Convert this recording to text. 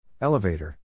Elevator